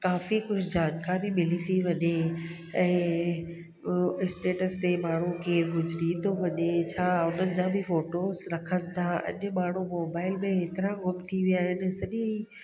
काफ़ी कुझु जानकारी मिली थी वञे ऐं स्टेटस ते माण्हू केर गुज़िरी थो वञे छा हुननि जा बि फ़ोटोज रखनि था अॼु माण्हू मोबाइल में हेतिरा गुम थी विया आहिनि सॼी